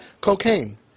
cocaine